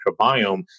microbiome